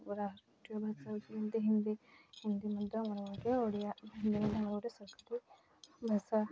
ରାଷ୍ଟୀୟ ଭାଷା ହେଉଛି ଯେମିତି ହିନ୍ଦୀ ହିନ୍ଦୀ ମଧ୍ୟ ଆମର ଗୋଟେ ଓଡ଼ିଆ ହିନ୍ଦୀ ଆମର ଗୋଟେ ସରକାରୀ ଭାଷା